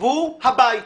והוא הבית.